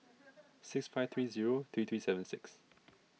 six five three zero three three seven six